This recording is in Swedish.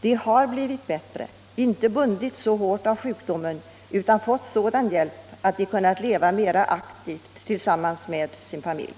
De har blivit bättre, de har fått en sådan hjälp att de inte har bundits så hårt av sjukdomen utan har kunnat leva mer aktivt tillsammans med sin familj.